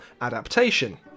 adaptation